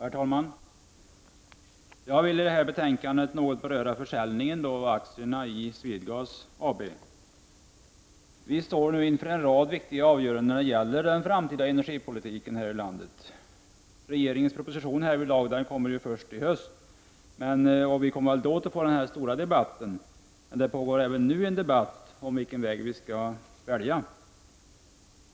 Herr talman! Jag vill med anledning av detta betänkande något beröra försäljningen av aktierna i SwedeGas AB. Vistår nu inför en rad viktiga avgöranden när det gäller den framtida energipolitiken här i landet. Regeringens proposition härvidlag kommer först i höst, och då skall den stora debatten föras. Men det pågår även nu en debatt om vilken väg man skall välja.